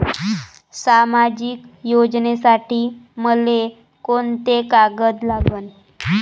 सामाजिक योजनेसाठी मले कोंते कागद लागन?